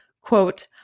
quote